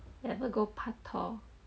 never go paktor